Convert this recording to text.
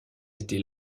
était